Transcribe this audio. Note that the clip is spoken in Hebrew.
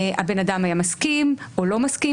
הבן אדם היה מסכים או לא מסכים.